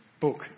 book